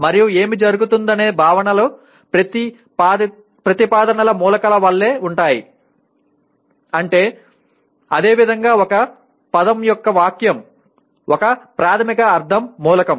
మరియు ఏమి జరుగుతుందనేది భావనలు ప్రతిపాదనల మూలకాల వలె ఉంటాయి అదే విధంగా ఒక పదం ఒక వాక్యం యొక్క ప్రాథమిక అర్థ మూలకం